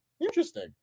Interesting